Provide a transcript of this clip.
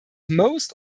most